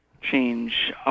change